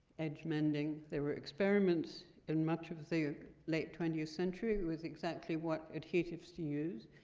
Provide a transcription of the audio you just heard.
edge mending. there were experiments in much of the late twentieth century with exactly what adhesives to use.